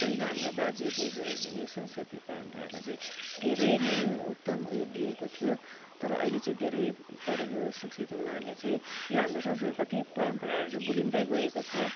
पहिला हाम्रो बाजे बोजूहरूले संस्कृति परम्परालाई चाहिँ धेरै नै उत्तम उयो दिएको थियो तर अहिले चाहिँ धेरै पढेको शिक्षित हुनाले चाहिँ यो हाम्रो संस्कृति कति परम्पराहरू चाहिँ भुलिँदै गएको छ